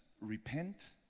repent